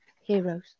heroes